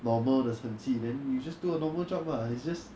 normal 的成绩 then you just do a normal job lah it's just